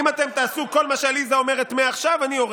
אם אתם תעשו כל מה שעליזה אומרת מעכשיו, אני יורד.